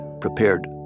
prepared